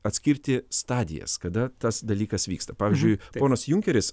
atskirti stadijas kada tas dalykas vyksta pavyzdžiui ponas junkeris